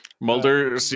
Mulder